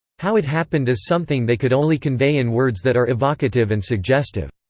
how it happened is something they could only convey in words that are evocative and suggestive.